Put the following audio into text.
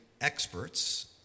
experts